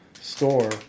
store